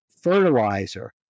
fertilizer